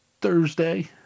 Thursday